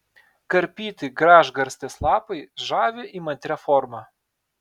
karpyti gražgarstės lapai žavi įmantria forma